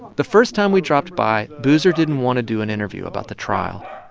the first time we dropped by, boozer didn't want to do an interview about the trial.